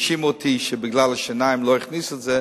האשימו אותי שבגלל השיניים הם לא הכניסו את זה.